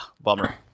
bummer